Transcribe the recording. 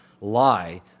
lie